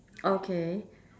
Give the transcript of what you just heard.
okay